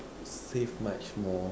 save much more